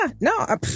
no